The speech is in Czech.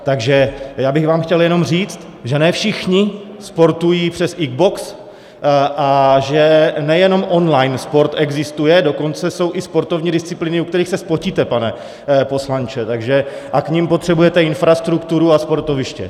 Takže já bych vám chtěl jenom říct, že ne všichni sportují přes Xbox a že nejenom online sport existuje, dokonce jsou i sportovní disciplíny, u kterých se zpotíte, pane poslanče, a k nim potřebujete infrastrukturu a sportoviště.